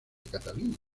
catalina